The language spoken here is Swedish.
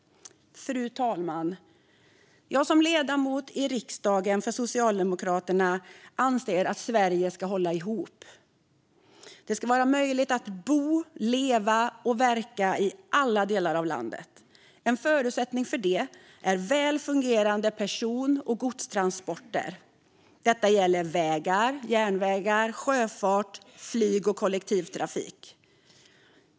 Fru talman! Som ledamot i riksdagen för Socialdemokraterna anser jag att Sverige ska hålla ihop. Det ska vara möjligt att bo, leva och verka i alla delar av landet. En förutsättning för det är väl fungerande person och godstransporter. Detta gäller vägar, järnvägar, sjöfart, flyg och kollektivtrafik.